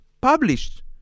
published